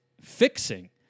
fixing